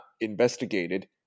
investigated